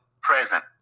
present